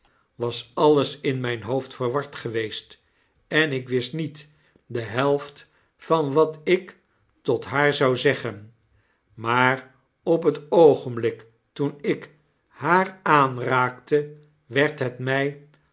was alles in myn hoofd verward geweest en ik wist niet de helft van watdk tot haar zou zeggen maar op het oogenblik toen ik haar aanraakte werd het my